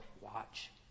watch